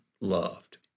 loved